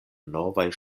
novaj